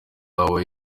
bahawe